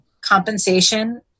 compensation